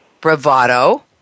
bravado